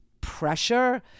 pressure